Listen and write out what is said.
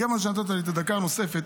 מכיוון שנתת לי דקה נוספת